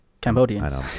cambodians